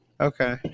Okay